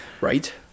Right